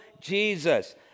Jesus